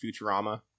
Futurama